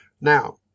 Now